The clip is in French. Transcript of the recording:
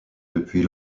depuis